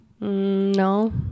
No